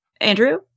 Andrew